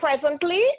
presently